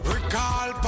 Recall